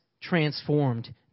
transformed